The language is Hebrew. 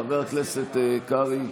חבר הכנסת קרעי,